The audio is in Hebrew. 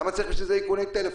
למה צריך בשביל זה איכוני טלפון?